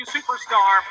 Superstar